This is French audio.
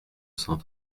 cent